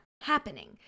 happening